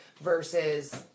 versus